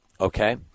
okay